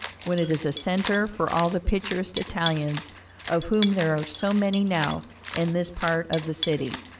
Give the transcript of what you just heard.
when it is a centre for all the picturesque italians of whom there are so many now in this part of the city.